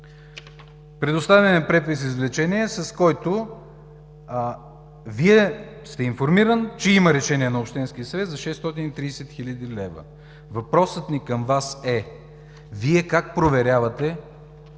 Предоставен е препис-извлечение, с който Вие сте информиран, че има решение на общинския съвет за 630 хил. лв. Въпросът ни към Вас е: Вие как проверявате